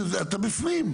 אתה בפנים?